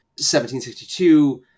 1762